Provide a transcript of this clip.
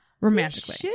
romantically